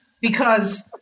because-